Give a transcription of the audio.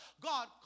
God